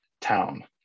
town